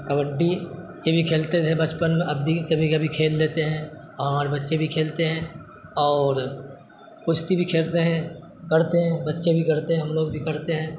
کبڈی یہ بھی کھیلتے تھے بچپن میں اب بھی کبھی کبھی کھیل لیتے ہیں اور بچے بھی کھیلتے ہیں اور کشتی بھی کھیلتے ہیں کرتے ہیں بچے بھی کرتے ہیں ہم لوگ بھی کرتے ہیں